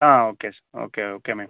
uh okay okay okay ma'am